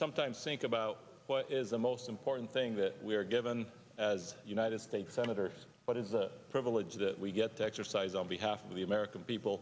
sometimes think about what is the most important thing that we are given as united states senators but is a privilege that we get to exercise on behalf of the american people